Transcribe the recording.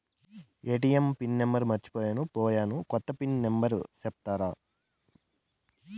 ATM pin మర్చిపోయాను పోయాను, కొత్త పిన్ నెంబర్ సెప్తారా?